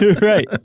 Right